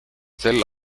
sel